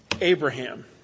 Abraham